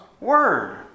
Word